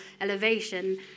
elevation